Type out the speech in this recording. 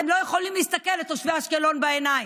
אתם לא יכולים להסתכל לתושבי אשקלון בעיניים.